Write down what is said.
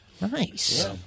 nice